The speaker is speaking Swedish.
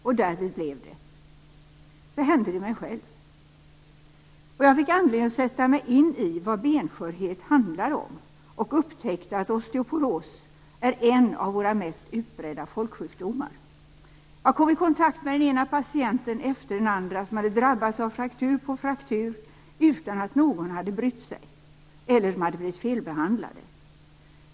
Och därvid blev det. Så hände det mig själv, och jag fick anledning att sätta mig in i vad benskörhet handlar om och upptäckte att osteoporos är en av våra mest utbredda folksjukdomar. Jag kom i kontakt med den ena patienten efter den andra som hade drabbats av fraktur på fraktur utan att någon hade brytt sig eller som hade blivit felbehandlade.